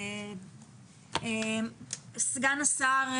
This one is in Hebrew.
סגן השר,